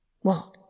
What